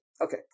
Okay